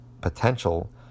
potential